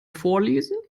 vorlesen